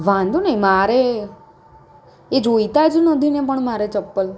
વાંધો નહીં મારે એ જોઈતા જ નથીને પણ મારે ચપ્પલ